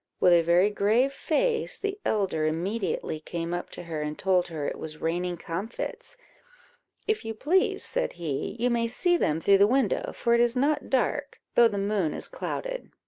with a very grave face, the elder immediately came up to her, and told her it was raining comfits if you please, said he, you may see them through the windows, for it is not dark, though the moon is clouded.